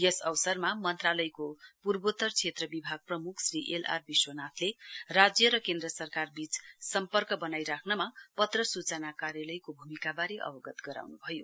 यस अवसरमा मन्त्रालयको पूर्वोत्तर श्रेत्र विभाग प्रमुख श्री एलआरविश्वनाथले राज्य र केन्द्र सरकारवीच सम्पर्क बनाइ राख्नमा पत्र सूचना कार्यालयको भूमिकावारे अवगत गराउनुभयो